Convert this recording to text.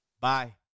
Bye